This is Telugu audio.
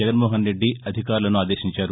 జగన్మోహన్రెడ్డి అధికారులను ఆదేశించారు